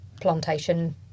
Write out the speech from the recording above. plantation